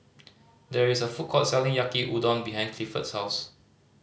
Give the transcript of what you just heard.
there is a food court selling Yaki Udon behind Clifford's house